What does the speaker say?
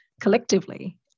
collectively